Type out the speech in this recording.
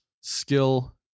skill